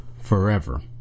forever